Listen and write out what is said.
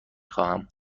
خواهم